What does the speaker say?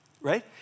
Right